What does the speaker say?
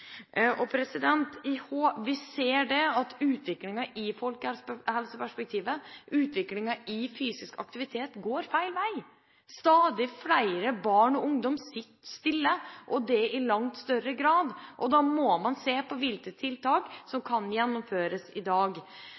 Vi ser at utviklingen i folkehelseperspektivet – utviklingen i fysisk aktivitet – går feil vei. Stadig flere barn og ungdommer sitter stille, og det i langt større grad, og da må man se på hvilke tiltak som kan gjennomføres i dag.